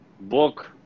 book